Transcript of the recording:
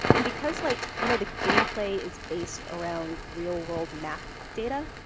and because like you know the gameplay is based around real-world map data,